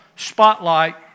spotlight